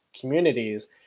communities